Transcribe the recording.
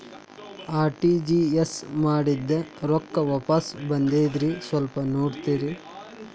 RTGS ಮಾಡಿದ್ದೆ ರೊಕ್ಕ ವಾಪಸ್ ಬಂದದ್ರಿ ಸ್ವಲ್ಪ ನೋಡ್ತೇರ?